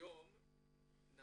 היום זה